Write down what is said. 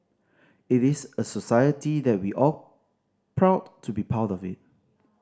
it is a society that we all proud to be part of it